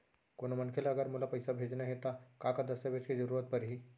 कोनो मनखे ला अगर मोला पइसा भेजना हे ता का का दस्तावेज के जरूरत परही??